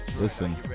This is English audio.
listen